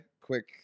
quick